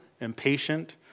impatient